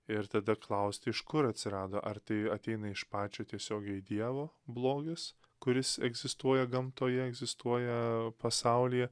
ir tada klausti iš kur atsirado ar tai ateina iš pačio tiesiogiai dievo blogis kuris egzistuoja gamtoje egzistuoja pasaulyje